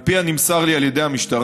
על פי מה שנמסר לי על ידי המשטרה,